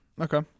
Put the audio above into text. Okay